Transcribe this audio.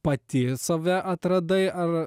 pati save atradai ar